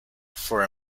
for